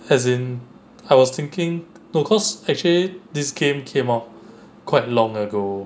as in I was thinking no cause actually this game came out quite long ago